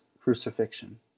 crucifixion